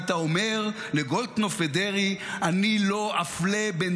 היית אומר לגולדקנופ ודרעי: אני לא אפלה בין